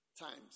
times